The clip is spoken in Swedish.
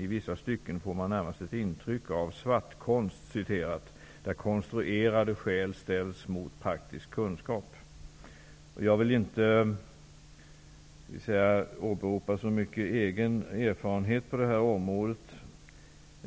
I vissa stycken får man närmast ett intryck av ''svartkonst'', där konstruerade skäl ställs mot praktisk kunskap. Jag vill inte åberopa så mycket egen erfarenhet på det här området,